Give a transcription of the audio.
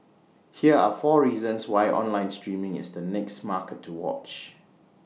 here are four reasons why online streaming is the next market to watch